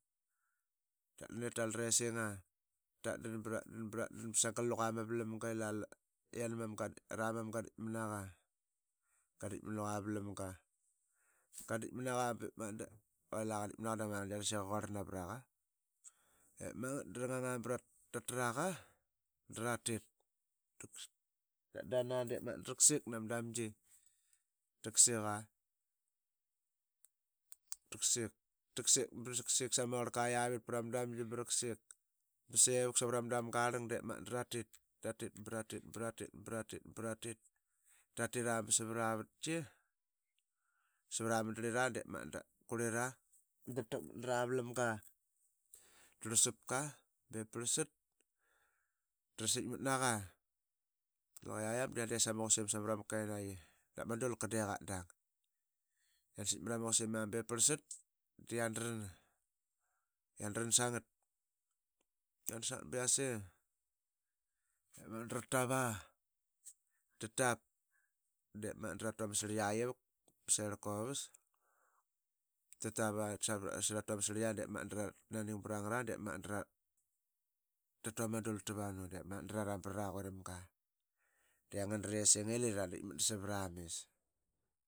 Tatdan iratal aresinga dratdan. bratdan. bratdan sagal luqa mavlamga ela ara mam yana mam qaditkmnaqa. qadtk mnluqa mavlamga. qaditkmnaqa bep magat da quela qatitki mnaqa dama rlngaris i qa quarl navraqa. Dep magat drnganga bratraqa dratit. taksik nama damgi taksiqa. taksik braksik sama orlka yavit prama damgi besevup savrama damga i arlang dratit bratit. bratit. bratit. bratira ba bsavaravatqi. svaramndrlira dep magat da qurlira dratakmat naravlmga. Tarlusapka bep prlsat drasitkmatnaqa. laqi yayam de yandet samaqusim samrama kenaiyi dap madalka de qatdang. Yan sitk mrama qusin a bep prlsat. di yandran. yandran sangat biyase. de magat dra tava. Tatap dratu ama sirltk ivuk mrama serlka. tatava de qasa tatu ama sirlitka drananing brangat dratu ama dul tvanu de magat draram vrara dulka de ngana resing i lira raditkmat dasavaramis.